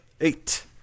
Eight